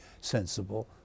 sensible